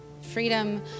freedom